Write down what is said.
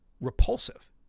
repulsive